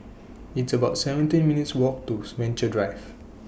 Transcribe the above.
It's about seventeen minutes' Walk to Venture Drive